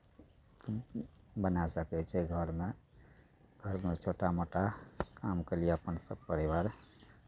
बनाए सकै छै घरमे घरमे छोटा मोटा कामके लिए अपन परिवार